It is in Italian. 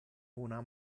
una